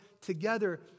together